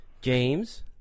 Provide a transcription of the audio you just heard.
James